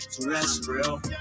terrestrial